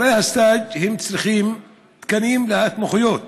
אחרי הסטאז' הם צריכים תקנים להתמחויות.